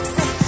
Say